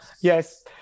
Yes